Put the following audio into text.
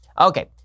Okay